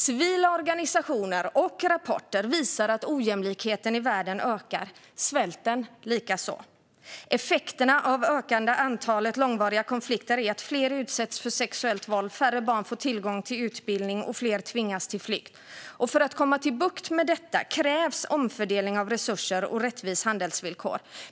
Civila organisationer och rapporter visar att ojämlikheten i världen ökar, svälten likaså. Effekterna av det ökande antalet långvariga konflikter är att fler utsätts för sexuellt våld, att färre barn får tillgång till utbildning och att fler tvingas till flykt. För att få bukt med detta krävs omfördelning av resurser och rättvisa handelsvillkor.